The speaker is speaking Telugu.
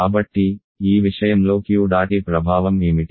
కాబట్టి ఈ విషయంలో Q dot E ప్రభావం ఏమిటి